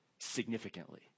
significantly